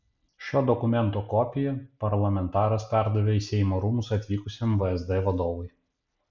šio dokumento kopiją parlamentaras perdavė į seimo rūmus atvykusiam vsd vadovui